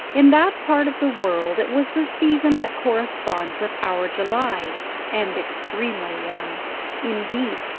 in that part of the world it was the season that corresponds with our july and extremely warm indeed,